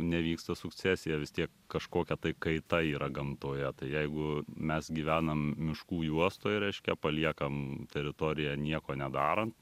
nevyksta sukcesija vis tiek kažkokia tai kaita yra gamtoje tai jeigu mes gyvenam miškų juostoj reiškia paliekam teritoriją nieko nedarant